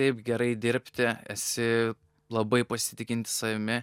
taip gerai dirbti esi labai pasitikintis savimi